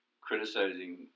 criticizing